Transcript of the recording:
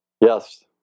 Yes